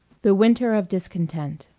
the winter of discontent